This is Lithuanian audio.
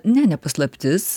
ne ne paslaptis